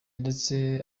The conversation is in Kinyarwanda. ndetse